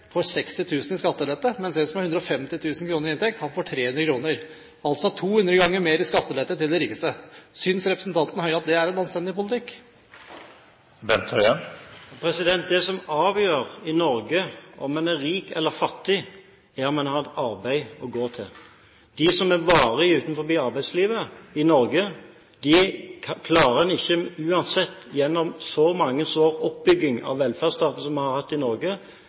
får 300 kr – altså 200 ganger mer skattelette til de rikeste. Synes representanten Høie at det er en anstendig politikk? Det som i Norge avgjør om en er rik eller fattig, er om en har et arbeid å gå til. Når det gjelder de som er varig utenfor arbeidslivet i Norge, klarer en ikke – uansett de mange oppbygginger av velferdsstaten som vi har hatt i Norge